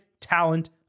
Talent